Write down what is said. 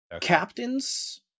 Captains